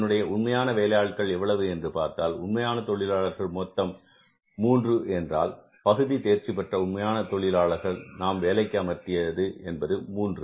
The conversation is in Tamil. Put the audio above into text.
இதனுடைய உண்மையான வேலையாட்கள் எவ்வளவு என்று பார்த்தால் உண்மையான தொழிலாளர்கள் மொத்தம் 3 என்றால் பகுதி தேர்ச்சிபெற்ற உண்மையான தொழிலாளர்கள் நாம் வேலைக்கு அமர்த்தியது என்பது 3